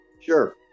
Sure